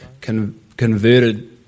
converted